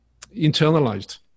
internalized